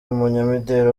umunyamideri